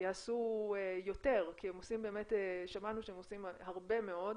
שיעשו יותר, כי שמענו שהם עושים הרבה מאוד,